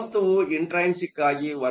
ವಸ್ತುವು ಇಂಟ್ರೈನ್ಸಿಕ್ ಆಗಿ ವರ್ತಿಸುತ್ತದೆ